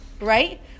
right